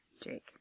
Jake